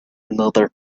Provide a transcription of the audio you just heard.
another